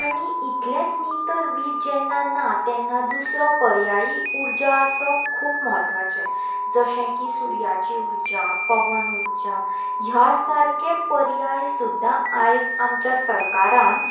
आनी इतलेंच न्ही तर वीज जेन्ना ना तेन्ना दुसरो पर्यायी उर्जा आसप खूब म्हत्वाचें जशें की सुर्याची उर्जा पवन उर्जा ह्या सारके पर्याय सुद्दा आयज आमच्या सरकारान